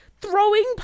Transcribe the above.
throwing